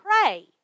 pray